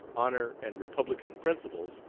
honor, and republican principles,